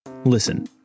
Listen